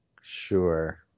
Sure